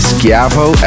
Schiavo